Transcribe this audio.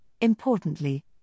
importantly